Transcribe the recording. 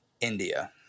India